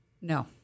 No